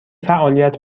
فعالیت